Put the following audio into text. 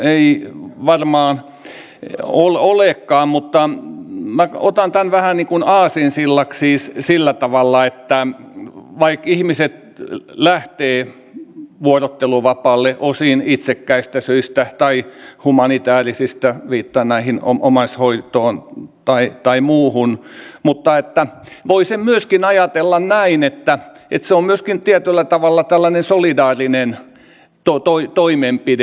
ei varmaan olekaan mutta minä otan tämän vähän niin kuin aasinsillaksi siis sillä tavalla että vaikka ihmiset lähtevät vuorotteluvapaalle osin itsekkäistä syistä tai humanitaarisista syistä viittaan omaishoitoon tai muuhun voi sen myöskin ajatella näin että se on myöskin tietyllä tavalla tällainen solidaarinen toimenpide